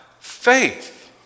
faith